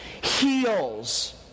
heals